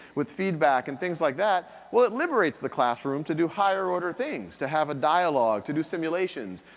with feedback and things like that, well it liberates the classroom to do higher-order things. to have a dialog, to do simulations,